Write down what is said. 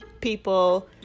People